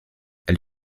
elle